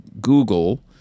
Google